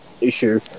issue